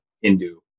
Hindu